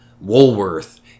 Woolworth